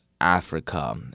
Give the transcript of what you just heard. Africa